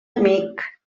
amic